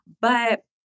but-